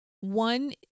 one